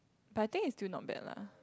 but I think is still not bad lah